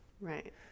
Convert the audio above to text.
right